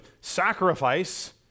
sacrifice